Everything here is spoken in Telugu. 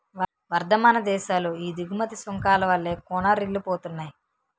వర్థమాన దేశాలు ఈ దిగుమతి సుంకాల వల్లే కూనారిల్లిపోతున్నాయి